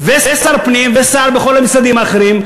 ושר פנים ושר בכל המשרדים האחרים,